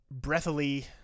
breathily